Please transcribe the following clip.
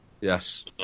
Yes